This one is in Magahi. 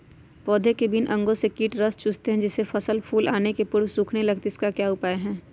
पौधे के विभिन्न अंगों से कीट रस चूसते हैं जिससे फसल फूल आने के पूर्व सूखने लगती है इसका क्या उपाय लगाएं?